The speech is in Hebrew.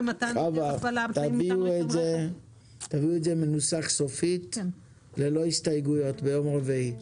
תביאו את זה ביום רביעי מנוסח סופית ללא הסתייגויות.